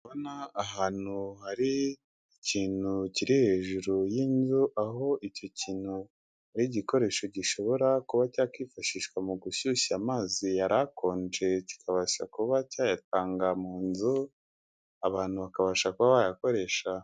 Kubona ahantu hari ikintu kiri hejuru y'inzu, aho icyo kintu ari igikoresho gishobora kuba cyakifashishwa mu gushyushya amazi yari akonje, kikabasha kuba cyayatanga mu nzu, abantu bakabasha kuba bayakoresha.